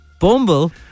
Bumble